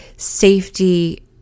safety